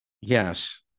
yes